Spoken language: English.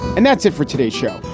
and that's it for today's show,